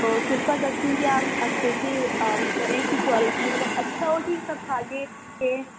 تو کتنا خرچ ہو گیا آپ اچھے سے کریں اس کی کوالٹی مطلب اچھا ہو کہ سب کھا کے کہیں